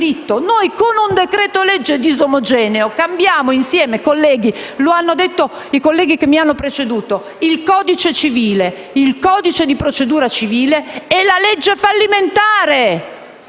Noi, con un decreto-legge disomogeneo, cambiamo insieme, come hanno detto i colleghi che mi hanno preceduto, il codice civile, il codice di procedura civile e la legge fallimentare.